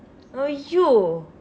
!aiyo!